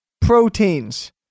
proteins